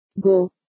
go